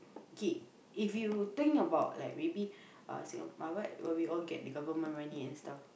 okay if you think about like maybe uh Singapore apa where we all get the government money and stuff